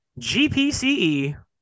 GPCE